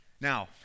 Now